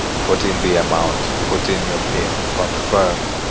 put in the amount. put in your pin. confirm.